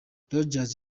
rogers